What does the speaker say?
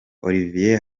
olivier